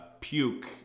puke